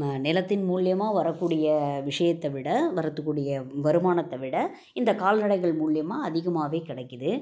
ம நிலத்தின் மூலியமாக வரக் கூடிய விஷியத்தை விட வரத்துக் கூடிய வருமானத்தை விட இந்த கால்நடைகள் மூலியமாக அதிகமாகவே கிடைக்கிது